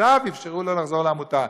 עכשיו אפשרו לו לחזור לעמותה.